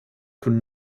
could